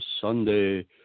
Sunday